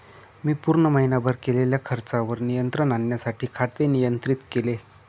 मी पूर्ण महीनाभर केलेल्या खर्चावर नियंत्रण आणण्यासाठी खाते नियंत्रित केले